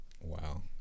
Wow